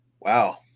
Wow